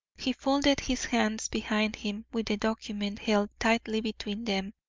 he folded his hands behind him with the document held tightly between them,